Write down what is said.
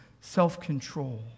self-control